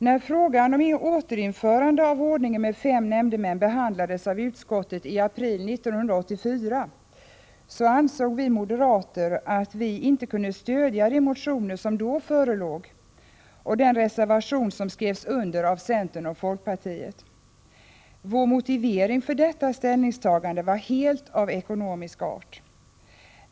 När frågan om återinförande av ordningen med fem nämndemän behandlades av utskottet i april 1984 ansåg vi moderater att vi inte kunde stödja de motioner som då förelåg och den reservation som skrevs under av centern och folkpartiet. Vår motivering för detta ställningstagande var helt av ekonomisk art.